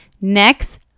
next